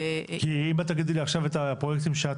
כי אם את תגידי לי עכשיו את הפרויקטים שאת